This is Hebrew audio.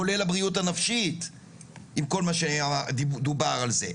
כולל הבריאות הנפשית עם כל מה שדובר על זה.